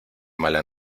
mala